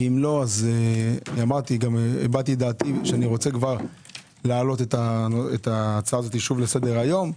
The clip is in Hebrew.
הבעתי דעתי שאני רוצה כבר להעלות את ההצעה הזו לסדר-היום.